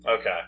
Okay